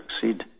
succeed